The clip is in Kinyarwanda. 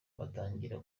batangira